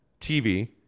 TV